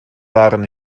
waren